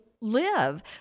live